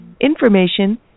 information